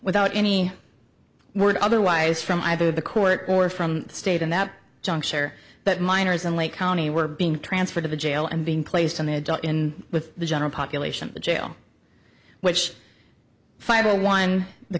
without any word otherwise from either the court or from the state in that juncture that miners in lake county were being transferred to the jail and being placed on the adult in with the general population the jail which